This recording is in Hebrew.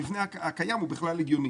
צריך לחשוב אם המבנה הקיים הוא בכלל הגיוני?